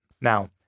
Now